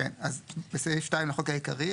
תיקון סעיף 2 2. בסעיף 2 לחוק העיקרי,